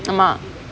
ஆமா:aamaa